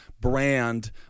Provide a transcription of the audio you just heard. brand